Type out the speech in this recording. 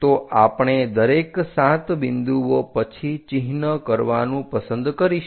તો આપણે દરેક 7 બિંદુઓ પછી ચિહ્ન કરવાનું પસંદ કરીશું